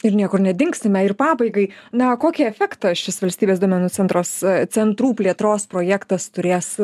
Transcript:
ir niekur nedingsime ir pabaigai na kokį efektą šis valstybės duomenų centras centrų plėtros projektas turės